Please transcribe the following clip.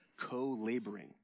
co-laboring